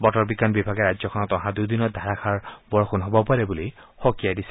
বতৰ বিজ্ঞান বিভাগে ৰাজ্যখনত অহা দুদিনত ধাৰাষাৰ বৰষুণ হব পাৰে বুলি সকিয়াই দিছে